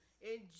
Enjoy